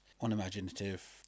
unimaginative